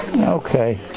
Okay